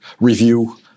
Review